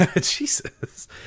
Jesus